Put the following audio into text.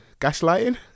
gaslighting